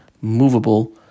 movable